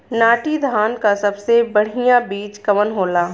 नाटी धान क सबसे बढ़िया बीज कवन होला?